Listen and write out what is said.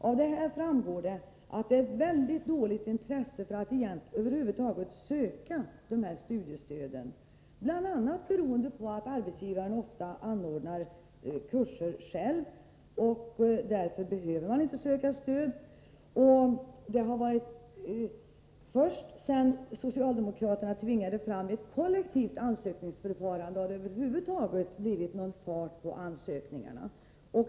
Av denna rapport framgår att det är ett väldigt dåligt intresse för att över huvud taget söka dessa studiestöd, bl.a. beroende på att arbetsgivarna ofta själva anordnar kurser. Därför behöver man inte söka stöd. Först sedan socialdemokraterna tvingade fram ett kollektivt ansökningsförfarande, har det blivit någon fart på ansökningarna.